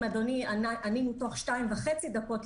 אם ענינו תוך 2.5 דקות,